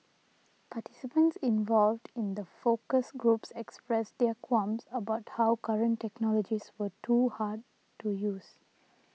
participants involved in the focus groups expressed their qualms about how current technologies were too hard to use